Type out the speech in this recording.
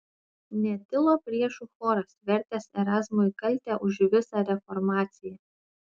netilo priešų choras vertęs erazmui kaltę už visą reformaciją